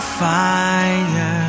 fire